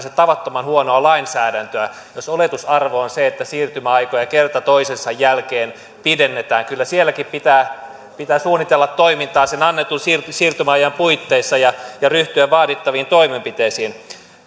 se tavattoman huonoa lainsäädäntöä jos oletusarvo on se että siirtymäaikoja kerta toisensa jälkeen pidennetään kyllä sielläkin pitää pitää suunnitella toimintaa sen annetun siirtymäajan puitteissa ja ja ryhtyä vaadittaviin toimenpiteisiin